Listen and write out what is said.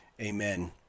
Amen